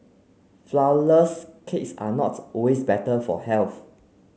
flour less cakes are not always better for health